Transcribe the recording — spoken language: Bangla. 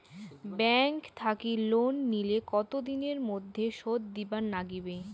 ব্যাংক থাকি লোন নিলে কতো দিনের মধ্যে শোধ দিবার নাগিবে?